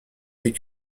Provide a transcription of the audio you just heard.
est